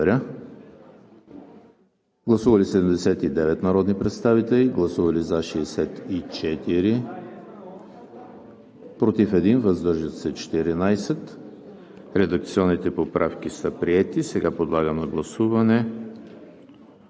Сега подлагам на гласуване